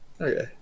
Okay